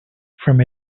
from